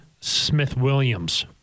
Smith-Williams